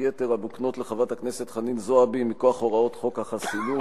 יתר המוקנות לחברת הכנסת חנין זועבי מכוח הוראות חוק החסינות,